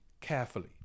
carefully